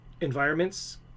environments